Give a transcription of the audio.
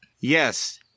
Yes